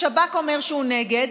השב"כ אומר שהוא נגד,